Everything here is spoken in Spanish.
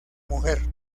mujer